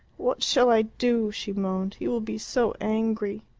what shall i do? she moaned. he will be so angry.